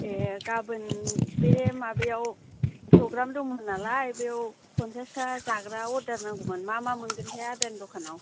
ए गाबोन बे माबायाव प्रग्राम दंमोन नालाय बेव फनसासथा जाग्रा अर्डार नांगौमोन मा मा मोनगोनथाय आदानि दखानाव